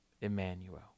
Emmanuel